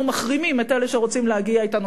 אנחנו מחרימים את אלה שרוצים להגיע אתנו